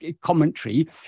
commentary